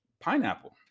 pineapple